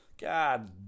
god